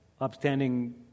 upstanding